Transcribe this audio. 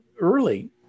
early